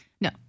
No